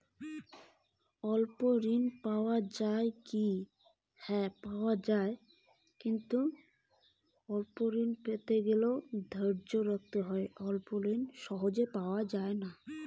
স্বল্প ঋণ পাওয়া য়ায় কি?